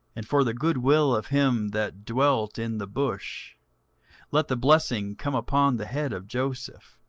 and for the good will of him that dwelt in the bush let the blessing come upon the head of joseph,